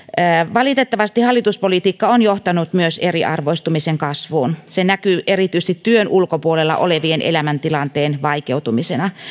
valitettavasti hallituspolitiikka on johtanut myös eriarvoistumisen kasvuun se näkyy erityisesti työn ulkopuolella olevien elämäntilanteen vaikeutumisena